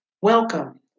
Welcome